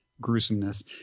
gruesomeness